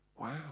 Wow